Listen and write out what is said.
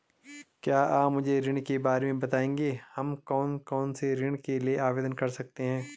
क्या आप मुझे ऋण के बारे में बताएँगे हम कौन कौनसे ऋण के लिए आवेदन कर सकते हैं?